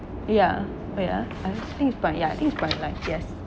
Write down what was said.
yeah oh yeah I think is prime yeah I think is prime life yes